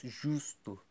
justo